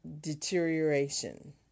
deterioration